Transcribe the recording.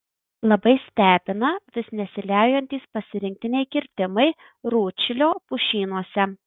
labai stebina vis nesiliaujantys pasirinktiniai kirtimai rūdšilio pušynuose